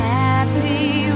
happy